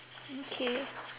okay